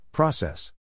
Process